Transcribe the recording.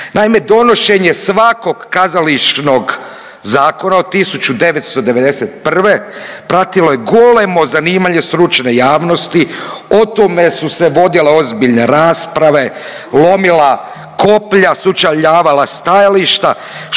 Naime, donošenje svakog kazališnog zakona od 1991. pratilo je golemo zanimanje stručne javnosti, o tome su se vodila ozbiljne rasprava, lomila koplja, sučeljavala stajališta,